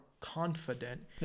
confident